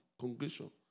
congregation